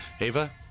Ava